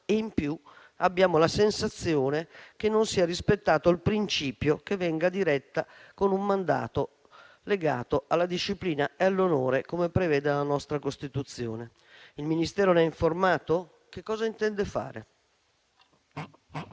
e in più abbiamo la sensazione che non sia rispettato il principio che venga diretta con un mandato legato alla disciplina e all'onore, come prevede la nostra Costituzione. Il Ministero ne è informato? Cosa intende fare?